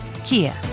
Kia